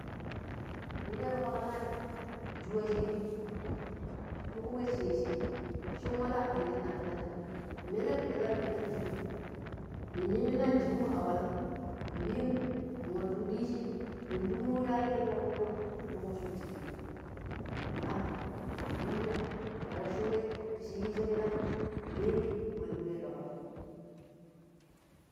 ﻿Ninya ta kpalani nswa shikai tiku we shi yiiji shin wala kan shin dakilani minem milam ni anjeri nin yiimna jerimo a walam nin mirru ni wattu yi diije nin toomo wayuni ti fokkuuno nin. wasso jeri kam ninya ta wasso we shi yiiji milam ndeeni mannɗiwe ɗokr.